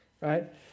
right